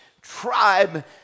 tribe